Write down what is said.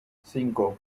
cinco